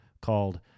called